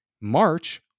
March